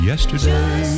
Yesterday